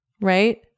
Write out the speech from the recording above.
right